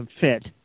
fit